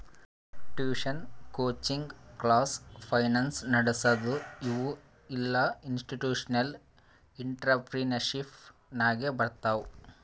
tuition, coaching class, finance ನಡಸದು ಇವು ಎಲ್ಲಾಇನ್ಸ್ಟಿಟ್ಯೂಷನಲ್ ಇಂಟ್ರಪ್ರಿನರ್ಶಿಪ್ ನಾಗೆ ಬರ್ತಾವ್